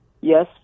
yes –